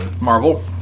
Marvel